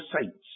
saints